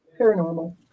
paranormal